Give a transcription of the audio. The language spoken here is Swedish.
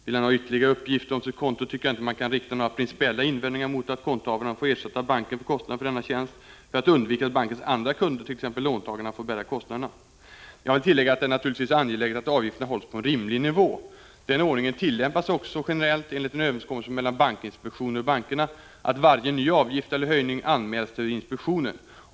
Vill han ha ytterligare uppgifter om sitt konto tycker jag inte man kan rikta några principiella invändningar mot att kontohavaren får ersätta banken för kostnaderna för denna tjänst för att undvika att bankens andra kunder, t.ex. låntagarna, får bära kostnaderna. Jag vill tillägga att det naturligtvis är angeläget att avgifterna hålls på en rimlig nivå. Den ordningen tillämpas också generellt, enligt en överenskommelse mellan bankinspektionen och bankerna, att varje ny avgift eller höjning anmäls till inspektionen.